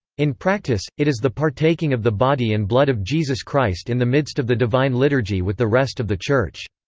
in practice, it is the partaking of the body and blood of jesus christ in the midst of the divine liturgy with the rest of the church.